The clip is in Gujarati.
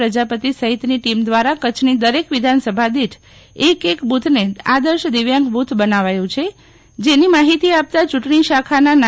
પ્રજાપતિ સહિતની ટીમ દ્વારા કચ્છની દરેક વિધાનસભા દિઠ એક એક બૂથને આદર્શ દિવ્યાંગ બૂથ બનાવાયું છે જેની માહિતી આપતા યૂંટણી શાખાના ના